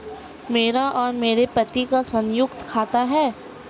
मेरा और मेरे पति का संयुक्त खाता है